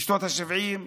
בשנות השבעים.